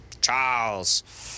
Charles